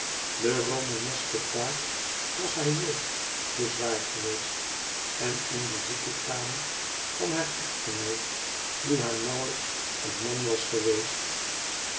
de romaneske taak was haar jeugd te zwaar geweest en in de ziekekamer van haar echtgenoot die haar nauwelijks een man was geweest